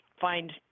find